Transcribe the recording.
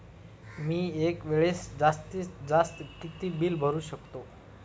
मी एका वेळेस जास्तीत जास्त किती बिल भरू शकतो?